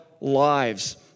lives